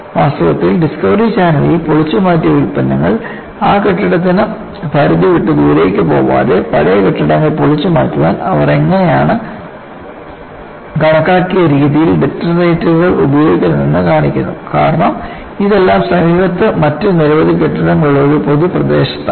വാസ്തവത്തിൽ ഡിസ്കവറി ചാനലിൽ പൊളിച്ചു മാറ്റിയ ഉൽപ്പന്നങ്ങൾ ആ കെട്ടിടത്തിനു പരിധിവിട്ട് ദൂരേയ്ക്കു പോവാതെ പഴയ കെട്ടിടങ്ങൾ പൊളിച്ചുമാറ്റാൻ അവർ എങ്ങനെയാണ് കണക്കാക്കിയ രീതിയിൽ ഡിറ്റണേറ്ററുകൾ ഉപയോഗിക്കുന്നതെന്ന് കാണിക്കുന്നു കാരണം ഇതെല്ലാം സമീപത്തു മറ്റ് നിരവധി കെട്ടിടങ്ങളുള്ള ഒരു പൊതു പ്രദേശത്താണ്